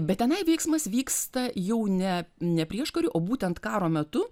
bet tenai vyksmas vyksta jau ne ne prieškariu o būtent karo metu